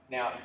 Now